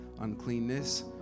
uncleanness